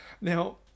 Now